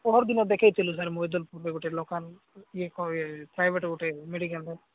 ପହର ଦିନ ଦେଖେଇ ଥିଲୁ ସାର୍ ମଇଦଲପୁରରେ ଗୋଟେ ଇଏ କ'ଣ ପ୍ରାଇଭେଟ୍ ଗୋଟେ ମେଡ଼ିକାଲ୍ରେ